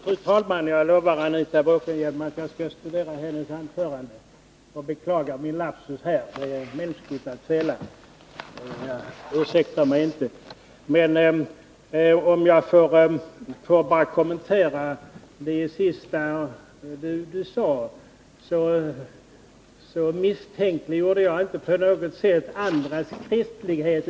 Fru talman! Jag lovar Anita Bråkenhielm att jag skall studera hennes anförande. Jag beklagar min lapsus här. Det är mänskligt att fela, men det ursäktar mig inte. Om jag får kommentera det sista Anita Bråkenhielm sade så misstänkliggjorde jag inte på något sätt andras kristlighet.